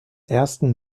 ersten